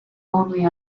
only